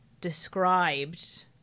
described